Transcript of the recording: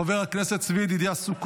חבר הכנסת אבי מעוז,